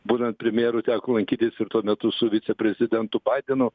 būnat premjeru teko lankytis ir tuo metu su viceprezidentu baidenu